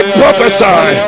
prophesy